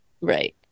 Right